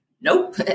Nope